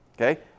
Okay